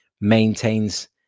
maintains